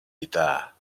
guitar